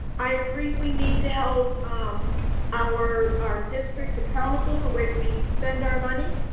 i agree. we need to held um our, our district accountable the way we spend our money.